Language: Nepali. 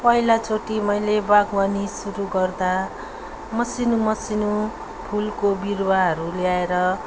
पहिलाचोटि मैले बागवानी सुरु गर्दा मसिनो मसिनो फुलको बिरुवाहरू ल्याएर